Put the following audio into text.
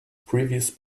previous